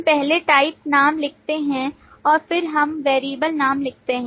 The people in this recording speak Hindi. हम पहले type नाम लिखते हैं और फिर हम variable नाम लिखते हैं